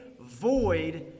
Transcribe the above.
void